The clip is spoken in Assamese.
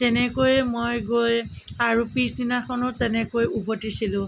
তেনেকৈ মই গৈ আৰু পিছদিনাখনো তেনেকৈ উভটিছিলোঁ